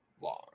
long